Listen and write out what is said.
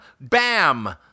Bam